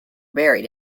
buried